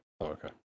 okay